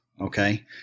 Okay